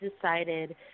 decided